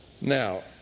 Now